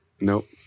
nope